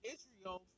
Israel